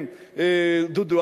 דודו.